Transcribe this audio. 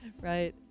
Right